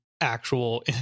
actual